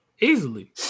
easily